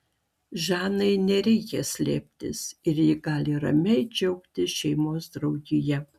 žanai nereikia slėptis ir ji gali ramiai džiaugtis šeimos draugija